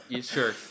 sure